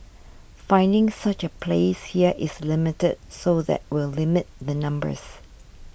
finding such a place here is limited so that will limit the numbers